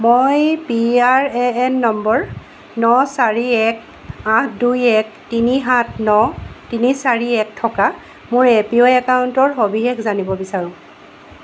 মই PRAN number ন চাৰি এক আঠ দুই এক তিনি সাত ন তিনি চাৰি এক থকা মোৰ এপিৱাই একাউণ্টৰ সবিশেষ জানিব বিচাৰোঁ